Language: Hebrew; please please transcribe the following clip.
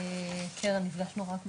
טרם נפגשנו רק בזום,